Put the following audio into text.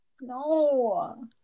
No